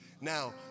Now